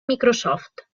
microsoft